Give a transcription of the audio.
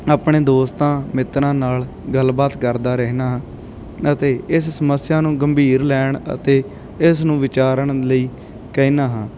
ਆਪਣੇ ਦੋਸਤਾਂ ਮਿੱਤਰਾਂ ਨਾਲ ਗੱਲਬਾਤ ਕਰਦਾ ਰਹਿੰਦਾ ਹਾਂ ਅਤੇ ਇਸ ਸਮੱਸਿਆ ਨੂੰ ਗੰਭੀਰ ਲੈਣ ਅਤੇ ਇਸ ਨੂੰ ਵਿਚਾਰਨ ਲਈ ਕਹਿੰਦਾ ਹਾਂ